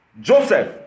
Joseph